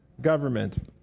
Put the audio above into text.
government